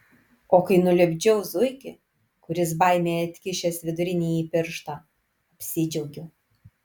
o kai nulipdžiau zuikį kuris baimei atkišęs vidurinįjį pirštą apsidžiaugiau